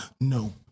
No